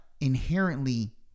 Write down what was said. inherently